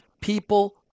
people